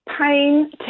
pain